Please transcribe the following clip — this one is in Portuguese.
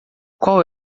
qual